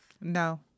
No